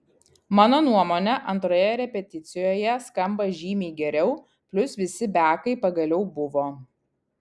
mano nuomone antroje repeticijoje skamba žymiai geriau plius visi bekai pagaliau buvo